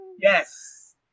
Yes